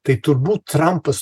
tai turbūt trampas